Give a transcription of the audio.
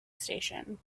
station